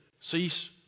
Cease